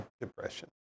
depression